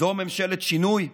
זו ממשלת שינוי?